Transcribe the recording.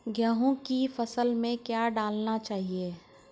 गेहूँ की फसल में क्या क्या डालना चाहिए?